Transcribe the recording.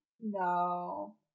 No